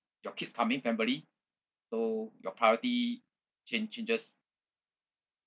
your kids coming family so your priority chan~ changes